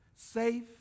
Safe